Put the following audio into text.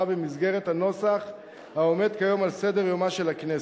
במסגרת הנוסח העומד כיום על סדר-יומה של הכנסת.